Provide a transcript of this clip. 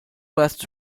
west